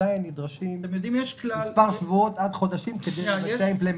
עדיין נדרשים מספר שבועות עד חודשים כדי לבצע אימפלמנטציה.